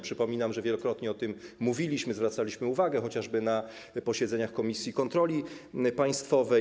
Przypominam, że wielokrotnie o tym mówiliśmy, zwracaliśmy na to uwagę chociażby na posiedzeniach komisji kontroli państwowej.